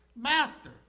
Master